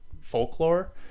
folklore